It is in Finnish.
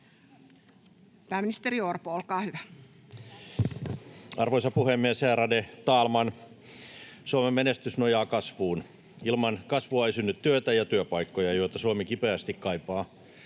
Pääministeri Orpo, olkaa hyvä. Arvoisa puhemies, ärade talman! Suomen menestys nojaa kasvuun. Ilman kasvua ei synny työtä ja työpaikkoja, joita Suomi kipeästi kaipaa.